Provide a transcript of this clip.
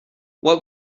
what